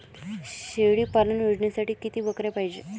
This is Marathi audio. शेळी पालन योजनेसाठी किती बकऱ्या पायजे?